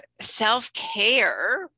self-care